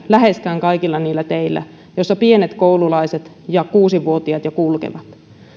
läheskään kaikilla niillä teillä joilla pienet koululaiset ja kuusivuotiaat jo kulkevat